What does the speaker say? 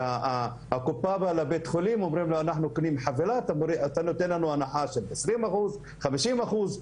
שהן בין הקופה לבית החולים כשקונים חבילה - הנחות של 20 עד 50 אחוז,